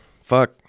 fuck